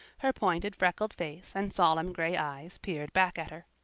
her pointed freckled face and solemn gray eyes peered back at her.